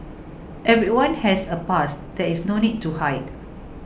everyone has a past there is no need to hide